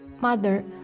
Mother